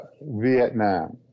Vietnam